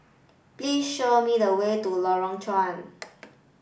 please show me the way to Lorong Chuan